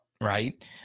right